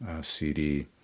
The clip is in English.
cd